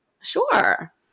sure